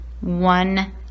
one